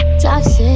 toxic